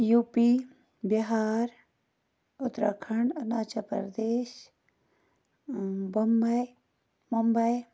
U P Bihar Uttarakhand Arunachal Pradesh Bombay Mumbai